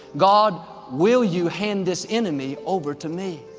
god will you hand this enemy over to me?